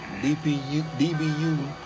DBU